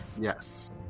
Yes